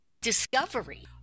Discovery